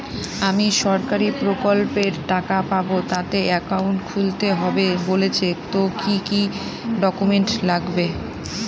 আমি সরকারি প্রকল্পের টাকা পাবো তাতে একাউন্ট খুলতে হবে বলছে তো কি কী ডকুমেন্ট লাগবে?